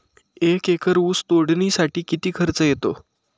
एक एकर ऊस तोडणीसाठी किती खर्च येतो?